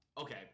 Okay